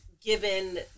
given